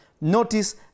Notice